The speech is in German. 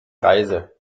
reise